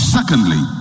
Secondly